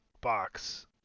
box